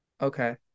Okay